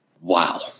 Wow